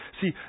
See